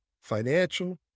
financial